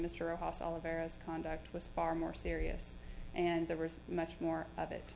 era's conduct was far more serious and there was much more of it